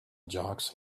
jocks